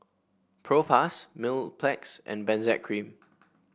Propass Mepilex and Benzac Cream